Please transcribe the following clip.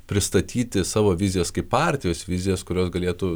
pristatyti savo vizijas kaip partijos vizijas kurios galėtų